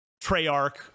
Treyarch